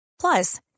Plus